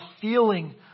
feeling